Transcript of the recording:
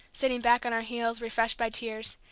sitting back on her heels, refreshed by tears,